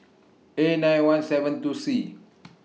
A nine one seven two C